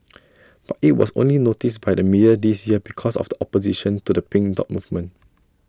but IT was only noticed by the media this year because of the opposition to the pink dot movement